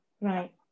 Right